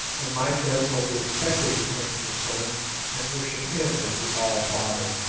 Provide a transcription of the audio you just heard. and might therefore be expected to turn to the sun and worship him as the all-father,